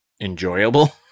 enjoyable